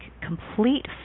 complete